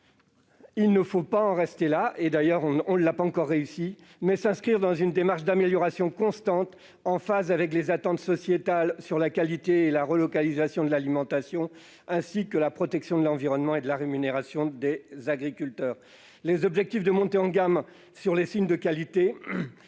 Il faut non pas en rester là- nous n'avons d'ailleurs pas encore atteint ces objectifs -, mais s'inscrire dans une démarche d'amélioration constante, en phase avec les attentes sociétales sur la qualité et la relocalisation de l'alimentation, ainsi qu'avec la protection de l'environnement et l'amélioration de la rémunération des agriculteurs. Les objectifs de montée en gamme sur les signes de qualité,